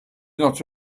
not